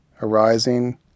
arising